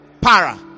Para